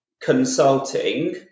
consulting